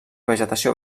vegetació